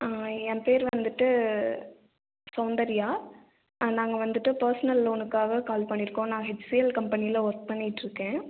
என் பேர் வந்துட்டு சவுந்தர்யா ஆ நாங்கள் வந்துட்டு பெர்சனல் லோனுக்காக கால் பண்ணியிருக்கோம் நான் எச்சிஎல் கம்பெனியில் ஒர்க் பண்ணிகிட்டுருக்கேன்